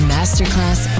Masterclass